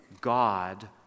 God